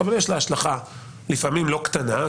אבל יש לה השלכה לא קטנה לפעמים.